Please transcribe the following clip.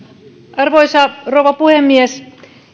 arvoisa rouva puhemies